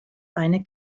eine